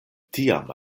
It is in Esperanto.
tiam